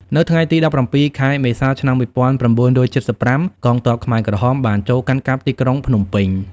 នៅថ្ងៃទី ១៧ ខែមេសា ឆ្នាំ ១៩៧៥ កងទ័ពខ្មែរក្រហមបានចូលកាន់កាប់ទីក្រុងភ្នំពេញ។